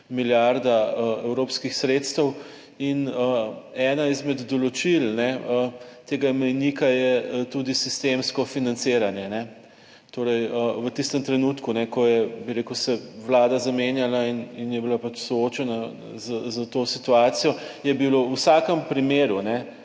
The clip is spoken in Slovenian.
milijarda evropskih sredstev in ena izmed določil tega mejnika je tudi sistemsko financiranje, torej v tistem trenutku, ko je, bi rekel se vlada zamenjala in je bila pač soočena s to situacijo, je bilo v vsakem primeru